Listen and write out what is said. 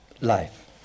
life